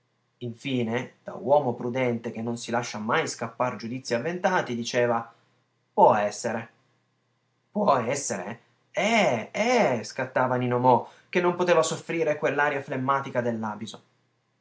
infine da uomo prudente che non si lascia mai scappar giudizii avventati diceva può essere può essere è è è scattava nino mo che non poteva soffrire quell'aria flemmatica